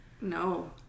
No